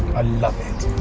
i love it.